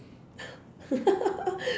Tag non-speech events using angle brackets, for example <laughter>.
<laughs>